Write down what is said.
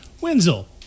Wenzel